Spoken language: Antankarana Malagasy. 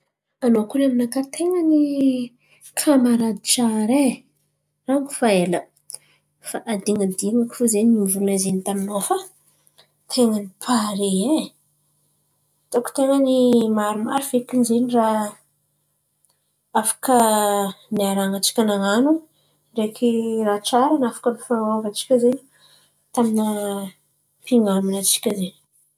Anô kony aminakà ten̈a ny kamarady tsare rango fa ela. Fa adin̈adin̈ako zen̈y mivolan̈a izy taminô fa ten̈a ny pare. Hitako ten̈a ny maromaro fekiny zen̈y raha afaka niaran̈a tsika nan̈ano ndreky raha tsara nafaka ny fanan̈ôva tsika izen̈y taminy na mpinaman̈a atsika izen̈y.